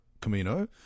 Camino